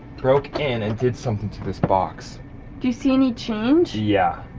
broke in and did something to this box. do you see any change? yeah,